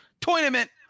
tournament